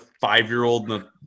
five-year-old